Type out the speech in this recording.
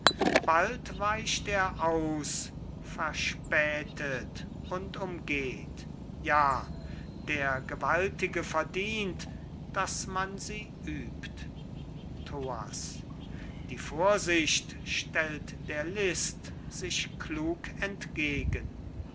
bald weicht er aus verspätet und umgeht ja der gewaltige verdient daß man sie übt thoas die vorsicht stellt der list sich klug entgegen